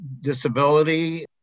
disability